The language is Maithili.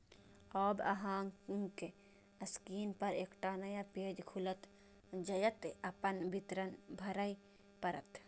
आब अहांक स्क्रीन पर एकटा नया पेज खुलत, जतय अपन विवरण भरय पड़त